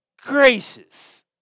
gracious